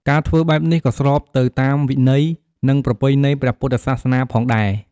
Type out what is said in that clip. ការធ្វើបែបនេះ ក៏ស្របទៅតាមវិន័យ និងប្រពៃណីព្រះពុទ្ធសាសនាផងដែរ។